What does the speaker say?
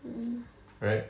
right